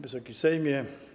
Wysoki Sejmie!